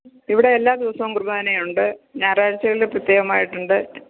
ഇവിടെ എല്ലാ ദിവസവും കുർബാനയുണ്ട് ഞായറാഴ്ച്ചകളിൽ പ്രത്യേകമായിട്ടുണ്ട്